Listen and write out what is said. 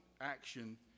action